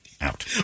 Out